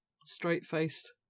straight-faced